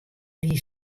die